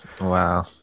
Wow